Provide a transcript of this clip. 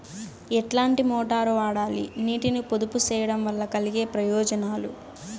ఎట్లాంటి మోటారు వాడాలి, నీటిని పొదుపు సేయడం వల్ల కలిగే ప్రయోజనాలు?